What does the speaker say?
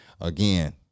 again